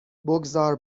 بگذار